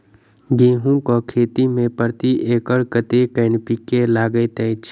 गेंहूँ केँ खेती मे प्रति एकड़ कतेक एन.पी.के लागैत अछि?